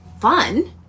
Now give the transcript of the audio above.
fun